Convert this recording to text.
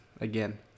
again